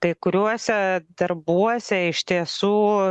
kai kuriuose darbuose iš tiesų